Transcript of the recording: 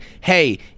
hey